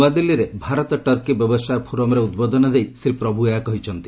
ନୂଆଦିଲ୍ଲୀରେ ଭାରତ ଟର୍କୀ ବ୍ୟବସାୟ ଫୋରମ୍ରେ ଉଦ୍ବୋଧନ ଦେଇ ଶ୍ରୀ ପ୍ରଭୁ ଏହା କହିଛନ୍ତି